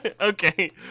okay